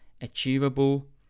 achievable